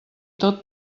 tot